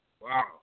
Wow